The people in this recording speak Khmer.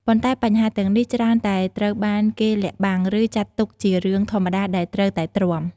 ប៉ុន្តែបញ្ហាទាំងនេះច្រើនតែត្រូវបានគេលាក់បាំង ឬចាត់ទុកជារឿងធម្មតាដែលត្រូវតែទ្រាំ។